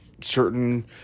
certain